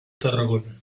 tarragona